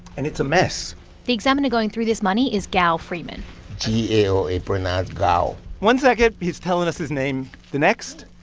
and it's a mess the examiner going through this money is gao freeman g a o. it's pronounced gao one second, he's telling us his name. the next.